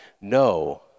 No